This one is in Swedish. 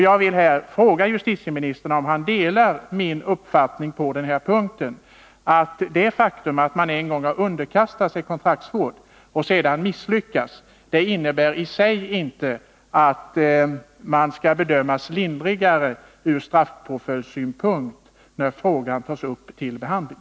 Jag vill fråga justitieministern om han delar min uppfattning på denna punkt, att det faktum att man en gång har underkastat sig kontraktsvård och sedan misslyckats med denna inte i sig innebär att man skall bedömas lindrigare vad gäller straffpåföljden när målet tas upp till behandling.